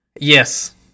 Yes